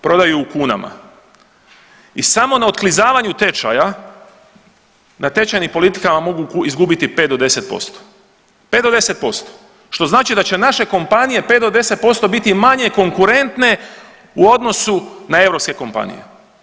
Prodaju u kunama i samo na otklizavanju tečaja na tečajnim politikama mogu izgubiti 5 do 10%, 5 do 10% što znači da će naše kompanije 5 do 10% biti manje konkurentne u odnosu na europske kompanije.